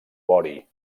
vori